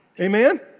Amen